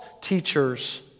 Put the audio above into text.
teachers